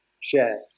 share